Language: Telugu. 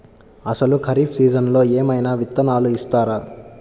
అసలు ఖరీఫ్ సీజన్లో ఏమయినా విత్తనాలు ఇస్తారా?